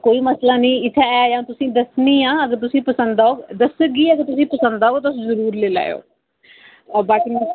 कोई मसला निं इत्थै है गै अ'ऊं तुसें गी दस्सनी आं अगर तुसें ई पसंद औग दस्सगी अगर तुसें पसंद औग तुस जरूर लैएओ होर बाकी